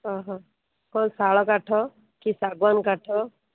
ହଁ ହଁ କ'ଣ ଶାଳ କାଠ କି ଶାଗୁଆନ କାଠ